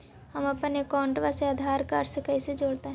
हमपन अकाउँटवा से आधार कार्ड से कइसे जोडैतै?